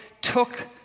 took